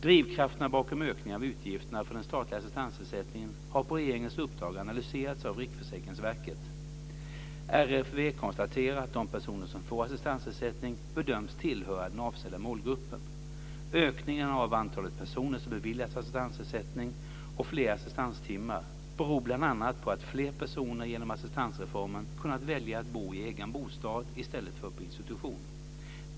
Drivkrafterna bakom ökningen av utgifterna för den statliga assistansersättningen har på regeringens uppdrag analyserats av Riksförsäkringsverket. RFV konstaterar att de personer som får assistansersättning bedöms tillhöra den avsedda målgruppen. Ökningen av antalet personer som beviljats assistansersättning och fler assistanstimmar beror bl.a. på att fler personer genom assistansreformen kunnat välja att bo i egen bostad i stället för på institution.